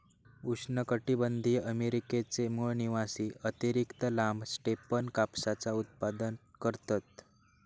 उष्णकटीबंधीय अमेरिकेचे मूळ निवासी अतिरिक्त लांब स्टेपन कापसाचा उत्पादन करतत